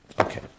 Okay